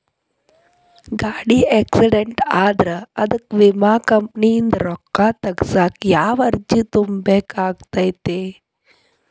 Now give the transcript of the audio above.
ಗಾಡಿ ಆಕ್ಸಿಡೆಂಟ್ ಆದ್ರ ಅದಕ ವಿಮಾ ಕಂಪನಿಯಿಂದ್ ರೊಕ್ಕಾ ತಗಸಾಕ್ ಯಾವ ಅರ್ಜಿ ತುಂಬೇಕ ಆಗತೈತಿ?